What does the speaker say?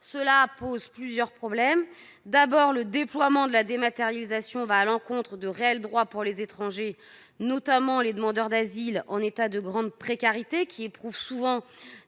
Cela pose plusieurs problèmes. D'abord, le déploiement de la dématérialisation va à l'encontre de réels droits pour les étrangers, notamment les demandeurs d'asile, en état de grande précarité. Ces personnes éprouvent